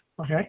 Okay